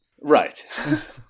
Right